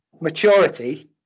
maturity